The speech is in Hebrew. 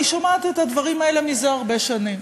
אני שומעת את הדברים האלה מזה הרבה שנים,